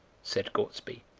said gortsby,